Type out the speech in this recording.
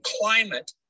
climate